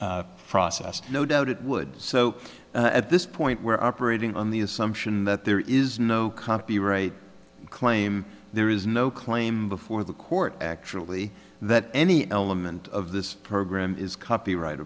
process no doubt it would so at this point we're operating on the assumption that there is no comedy right claim there is no claim before the court actually that any element of this program is copyright